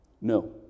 No